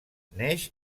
neix